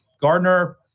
Gardner